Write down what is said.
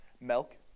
milk